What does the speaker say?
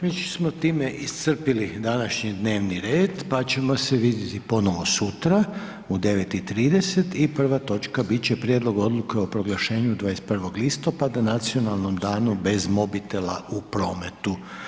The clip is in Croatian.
Već smo time iscrpili današnji dnevni red pa ćemo se vidjeti ponovo sutra u 9 i 30 i prva točka bit će Prijedlog Odluke o proglašenju 21. listopada „Nacionalnim danom bez mobitela u prometu“